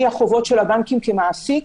החובות של הבנקים כמעסיק,